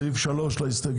סעיף 3 להסתייגויות.